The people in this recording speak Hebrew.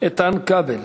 אז כבל.